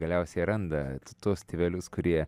galiausiai randa tuos tėvelius kurie